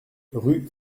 rue